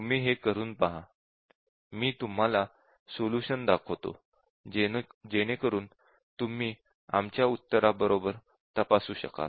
तुम्ही हे करून पहा मी तुम्हाला सोलूशन दाखवतो जेणेकरून तुम्ही आमच्या उत्तरा बरोबर तपासू शकाल